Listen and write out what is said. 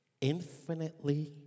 infinitely